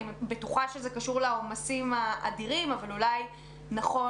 אני בטוחה שזה קשור לעומסים האדירים אבל אולי נכון